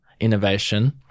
Innovation